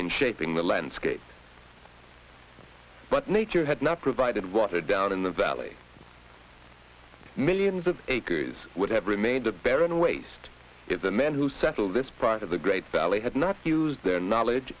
in shaping the landscape but nature had not provided water down in the valley millions of acres would have remained a barren waste if the men who settled this pride of the great valley had not used their knowledge